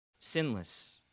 Sinless